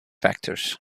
factors